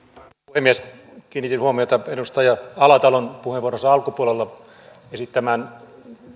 puhemies kiinnitin huomiota edustaja alatalon puheenvuoronsa alkupuolella esittämään